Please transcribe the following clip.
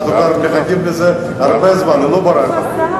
אנחנו כבר מחכים לזה הרבה זמן, היא לא בורחת.